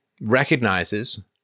recognizes